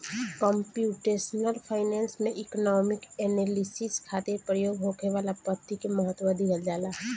computational finance में economic analysis खातिर प्रयोग होखे वाला पद्धति के महत्व दीहल जाला